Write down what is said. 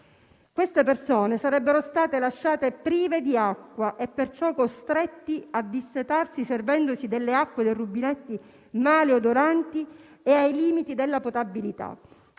Queste persone sarebbero state lasciate prive di acqua e perciò costrette a dissetarsi servendosi delle acque dei rubinetti maleodoranti e ai limiti della potabilità.